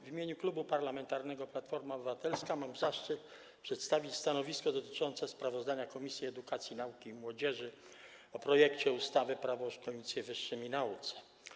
W imieniu Klubu Parlamentarnego Platforma Obywatelska mam zaszczyt przedstawić stanowisko dotyczące sprawozdania Komisji Edukacji, Nauki i Młodzieży o projekcie ustawy Prawo o szkolnictwie wyższym i nauce.